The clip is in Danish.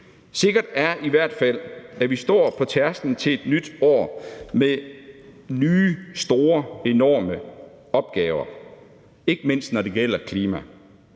Sikkert er i hvert fald, at vi står på tærsklen til et nyt år med nye enorme opgaver, ikke mindst når det gælder klimaet.